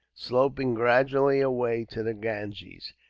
sloping gradually away to the ganges,